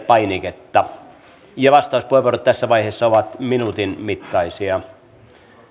painiketta ja vastauspuheenvuorot tässä vaiheessa ovat minuutin mittaisia